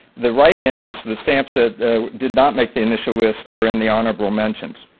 the write-ins, the stamps that did not make the initial list, are in the honorable mentions.